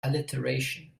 alliteration